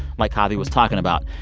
like chavie was talking about.